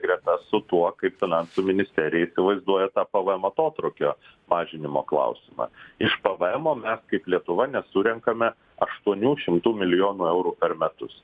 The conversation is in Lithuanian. greta su tuo kaip finansų ministerija įsivaizduoja tą pvm atotrūkio mažinimo klausimą iš pavaemo mes kaip lietuva nesurenkame aštuonių šimtų milijonų eurų per metus